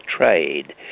trade